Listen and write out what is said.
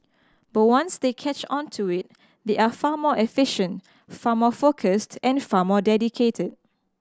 but once they catch on to it they are far more efficient far more focused and far more dedicated